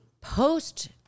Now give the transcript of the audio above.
post